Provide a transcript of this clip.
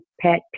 pet